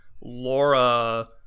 Laura